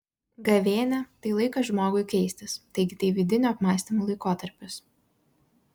gavėnia tai laikas žmogui keistis taigi tai vidinių apmąstymų laikotarpis